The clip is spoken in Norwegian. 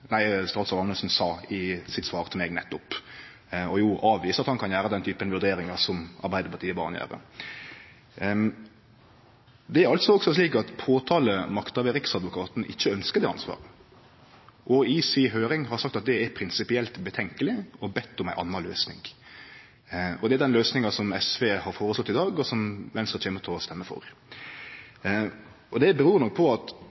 statsråd Anundsen sa i sitt svar til meg nettopp, der han avviser at han kan gjere den typen vurderingar som Arbeidarpartiet bad han gjere. Det er altså også slik at påtalemakta ved Riksadvokaten ikkje ønskjer det ansvaret og i si høyring har sagt at det er prinsipielt tvilsamt og bede om ei anna løysing. Det er den løysinga som SV har foreslått i dag, og som Venstre kjem til å stemme for. Det kjem nok av at det vi her snakkar om – i tillegg til at